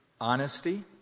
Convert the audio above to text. honesty